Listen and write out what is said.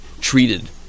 treated